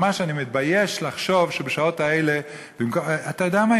אני ממש מתבייש לחשוב שבשעות האלה, אתה יודע מה?